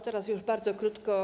Teraz już bardzo krótko.